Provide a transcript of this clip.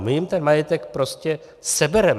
My jim ten majetek prostě sebereme.